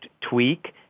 tweak